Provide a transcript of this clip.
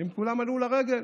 והם כולם עלו לרגל.